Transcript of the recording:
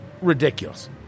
ridiculous